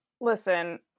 listen